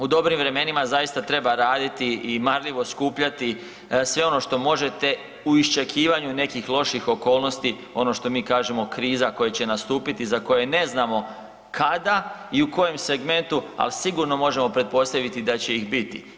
U dobrim vremenima zaista treba raditi i marljivo skupljati sve ono što možete u iščekivanju nekih loših okolnosti ono što mi kažemo kriza koje će nastupiti za koje ne znamo kada i u kojem segmentu, ali sigurno možemo pretpostaviti da će ih biti.